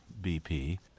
BP